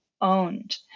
owned